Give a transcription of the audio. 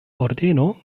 ordeno